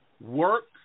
work